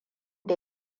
da